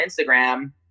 Instagram